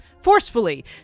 forcefully